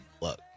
look